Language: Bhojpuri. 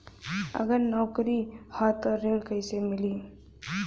अगर नौकरी ह त ऋण कैसे मिली?